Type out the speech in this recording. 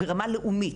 ברמה לאומית,